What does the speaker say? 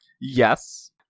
Yes